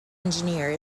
engineer